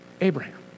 Abraham